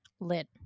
Lit